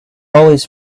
always